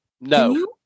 No